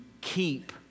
keep